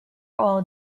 all